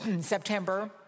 September